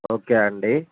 okay అండి